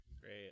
Great